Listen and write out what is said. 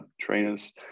trainers